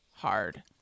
hard